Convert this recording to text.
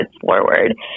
forward